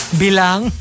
bilang